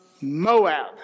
Moab